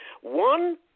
One